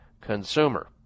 consumer